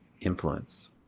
influence